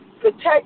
Protect